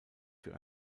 für